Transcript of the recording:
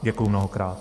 Děkuju mnohokrát.